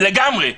לגמרי.